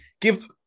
give